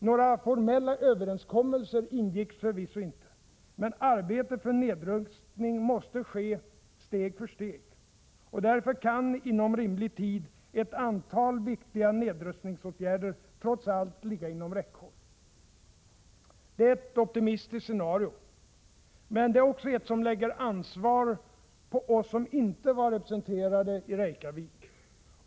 Några formella överenskommelser ingicks förvisso inte, men arbetet för nedrustning måste ske steg för steg. Därför kan, inom rimlig tid, ett antal viktiga nedrustningsåtgärder trots allt ligga inom räckhåll. Detta är ett optimistiskt scenario, men det är också ett som lägger ansvar på oss som inte var representerade i Reykjavik.